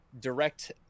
direct